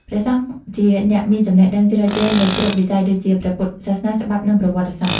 ព្រះសង្ឃជាអ្នកមានចំណេះដឹងជ្រៅជ្រះលើគ្រប់វិស័យដូចជា ព្រះពុទ្ធសាសនា ច្បាប់ និង ប្រវត្តិសាស្ត្រ ។